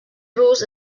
rus